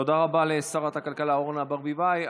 תודה רבה לשרת הכלכלה אורנה ברביבאי.